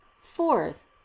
fourth